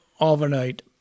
overnight